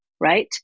right